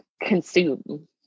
consume